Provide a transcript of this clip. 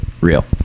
Real